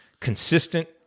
Consistent